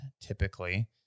typically